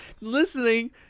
listening